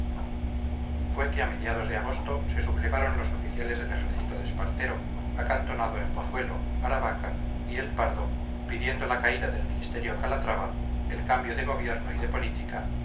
fue que a mediados de agosto se sublevaron los oficiales del ejército de espartero acantonado en pozuelo aravaca y el pardo pidiendo la caída del ministerio calatrava el cambio de gobierno y de política